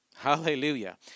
Hallelujah